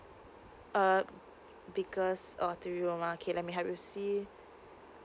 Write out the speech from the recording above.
uh because uh three room ya okay let me help you see